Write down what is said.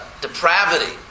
depravity